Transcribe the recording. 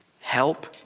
Help